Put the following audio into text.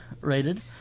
rated